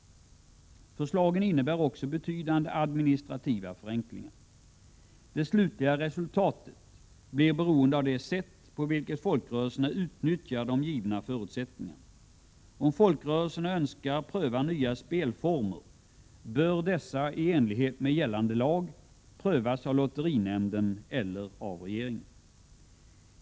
Förslagen innebär också betydande administrativa förenklingar. Det slutliga resultatet blir beroende av det sätt på vilket folkrörelserna utnyttjar de givna förutsättningarna. Om folkrörelserna 3 önskar pröva nya spelformer bör dessa, i enlighet med gällande lag; prövas av lotterinämnden eller av regeringen.